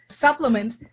supplement